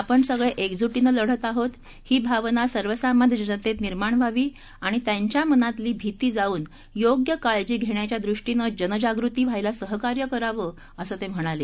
आपण सगळे एकजूटीनं लढत आहोत ही भावना सर्वसामान्य जनतेत निर्माण व्हावी आणि त्यांच्या मनातली भीती जाऊन योग्य काळजी घेण्याच्या दृष्टीनं जनजागृती व्हायला सहकार्य करावं असं ते म्हणाले